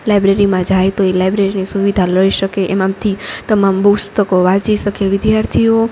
લાઇબ્રેરીમાં જાય તો એ લાઇબ્રેરીની સુવિધા લઈ શકે એમાંથી તમામ પુસ્તકો વાંચી શકે વિદ્યાર્થીઓ